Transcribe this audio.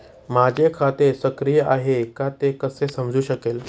माझे खाते सक्रिय आहे का ते कसे समजू शकेल?